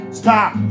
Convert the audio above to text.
stop